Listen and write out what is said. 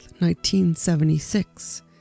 1976